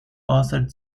authored